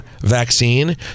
vaccine